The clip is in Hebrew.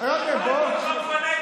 חבר הקבינט,